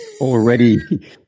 already